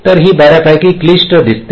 तर हे बर्यापैकी क्लिष्ट दिसते